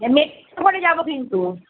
হ্যাঁ মেট্রো করে যাবো কিন্তু